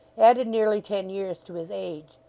added nearly ten years to his age,